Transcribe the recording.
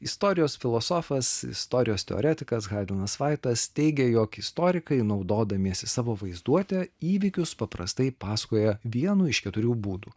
istorijos filosofas istorijos teoretikas haidenas vaitas teigia jog istorikai naudodamiesi savo vaizduote įvykius paprastai pasakoja vienu iš keturių būdų